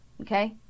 okay